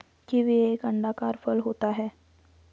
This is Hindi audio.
कीवी एक अंडाकार फल होता है